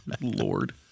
Lord